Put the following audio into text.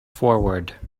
forward